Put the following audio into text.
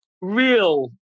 real